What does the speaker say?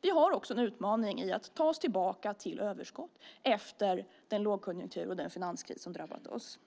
Vi har också en utmaning i att ta oss tillbaka till överskott efter den lågkonjunktur och den finanskris som drabbat oss.